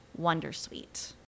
wondersuite